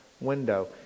window